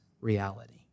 reality